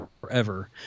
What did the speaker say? forever